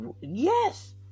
yes